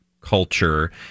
culture